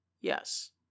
Yes